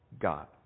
God